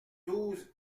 douze